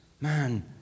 man